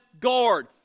guard